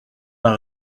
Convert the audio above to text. d’un